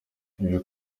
ibi